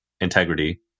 integrity